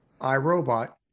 iRobot